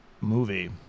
movie